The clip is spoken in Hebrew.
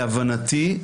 להבנתי,